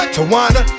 Tawana